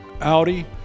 Audi